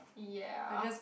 ya